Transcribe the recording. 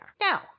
Now